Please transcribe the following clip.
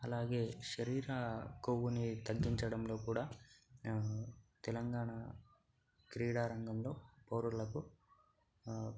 అలాగే శరీర కొవ్వుని తగ్గించడంలో కూడా తెలంగాణ క్రీడారంగంలో పౌరులకు